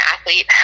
athlete